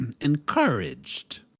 encouraged